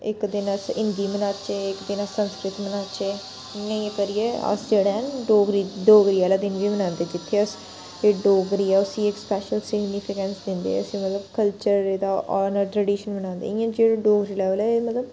इक दिन अस हिंदी मनाचै इक दिन अस संस्कृत मनाचै इ'यां इ'यां करियै अस जेह्ड़ा ऐ डोगरी डोगरी आह्ला दिन बी बनांदे जित्थै अस डोगरी ऐ उसी इक स्पैशल सिगनीफिकैन्स दिंदे उसी मतलब कल्चर एह्दा आन ऐ टरडीशनल बनांदे इ'यां जेह्ड़ा डोगरी लैवल ऐ मतलब